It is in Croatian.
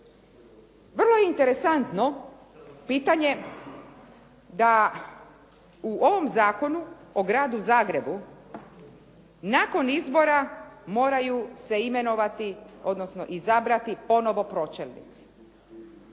Vrlo interesantno pitanje da u ovom zakonu o Gradu Zagrebu nakon izbora moraju se imenovati odnosno izabrati ponovo pročelnici.